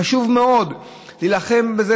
חשוב מאוד להילחם בזה,